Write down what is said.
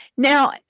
Now